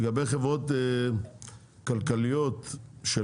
לגבי חברות כלכליות של